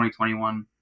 2021